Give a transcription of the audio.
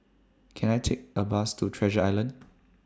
Can I Take A Bus to Treasure Island